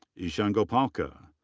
ishan gopalka.